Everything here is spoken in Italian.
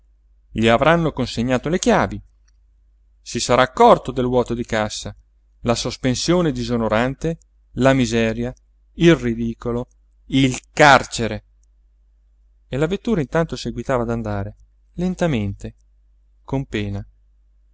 gli avranno consegnato le chiavi si sarà accorto del vuoto di cassa la sospensione disonorante la miseria il ridicolo il carcere e la vettura intanto seguitava ad andare lentamente con pena